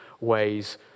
ways